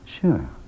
sure